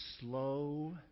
slow